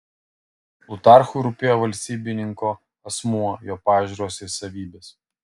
plutarchui rūpėjo valstybininko asmuo jo pažiūros ir savybės